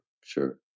sure